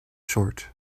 short